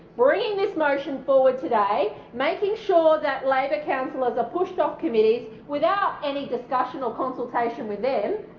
bringing this motion forward today making sure that labor councillors are pushed off committees without any discussion or consultation with them,